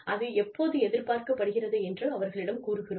அது எப்போது எதிர்பார்க்கப்படுகிறது என்று அவர்களிடம் கூறுகிறோம்